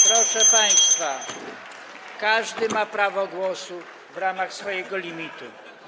Proszę państwa, każdy ma prawo głosu w ramach swojego limitu czasowego.